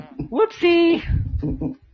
whoopsie